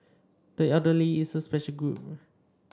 the elderly is a special group